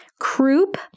Croup